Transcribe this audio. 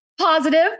positive